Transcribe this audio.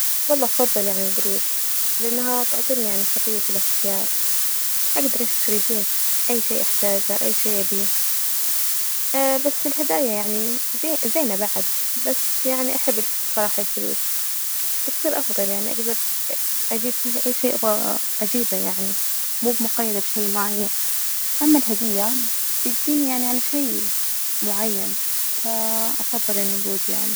والله أفظل يعني الجروش، لإنها تعطيني يعني حرية الإختيار، أجدر أشتري فيها أي شيء أحتاجه، أي شيء أبيه بس الهدايا يعني زي- زينة بعد بس يعني أحب الف- الصراحة الفلوس، بتصير أفضل يعني أجدر أجيب فيها أي شيء أبغى أجيبه يعني موب مقيدة بشي معين، أما الهدية بتجيني يعني على شي معين، ف أفظل النجود يعني.